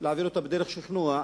להעביר בדרך השכנוע,